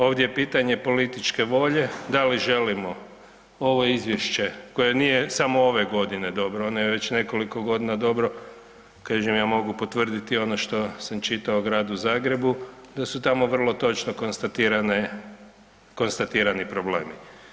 Ovdje je pitanje političke volje, da li želimo ovo izvješće koje nije samo ove godine dobro, ono je već nekoliko godina dobro, kažem ja mogu potvrditi ono što sam čitao o Gradu Zagrebu, da su tamo vrlo točno konstatirani problemi.